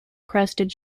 crested